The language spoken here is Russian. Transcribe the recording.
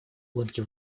гонки